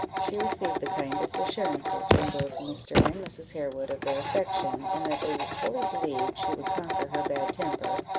she received the kindest assurances from both mr. and mrs. harewood of their affection, and that they fully believed she would conquer her bad temper,